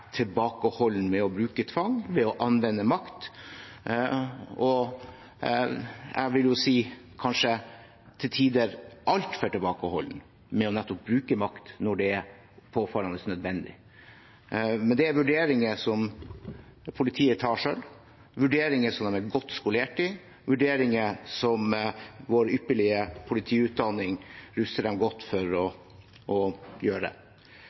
med å bruke tvang, med å anvende makt, og jeg vil jo si at de til tider kanskje er altfor tilbakeholdne med nettopp å bruke makt når det er påfallende nødvendig. Men det er vurderinger politiet tar selv, vurderinger de er godt skolert i, vurderinger som vår ypperlige politiutdanning ruster dem godt for å gjøre.